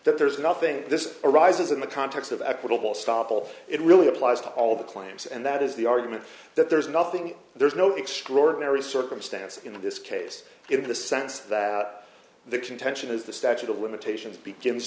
that there is nothing this arises in the context of equitable stoppel it really applies to all the claims and that is the argument that there's nothing there's no extraordinary circumstance in this case in the sense that the contention is the statute of limitations begins